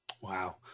Wow